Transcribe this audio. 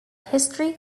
history